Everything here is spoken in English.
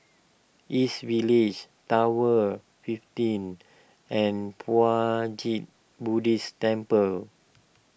East Village Tower fifteen and Puat Jit Buddhist Temple